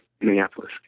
Minneapolis